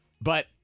but-